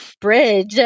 bridge